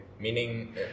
Meaning